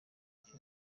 ry’u